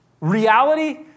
reality